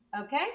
Okay